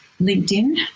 LinkedIn